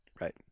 right